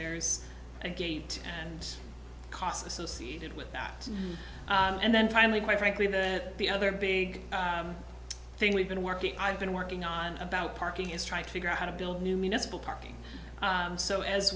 there is a gate and cost associated with that and then finally my frankly met the other big thing we've been working i've been working on about parking is trying to figure out how to build new municipal parking so as